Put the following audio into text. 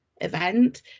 Event